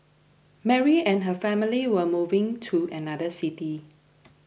Mary and her family were moving to another city